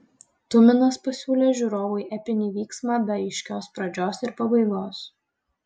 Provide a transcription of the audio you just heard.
tuminas pasiūlė žiūrovui epinį vyksmą be aiškios pradžios ir pabaigos